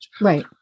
Right